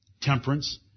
temperance